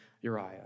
Uriah